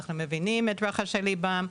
אנחנו מבינים את רחשי ליבם,